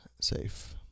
safe